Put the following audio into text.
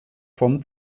vom